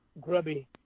grubby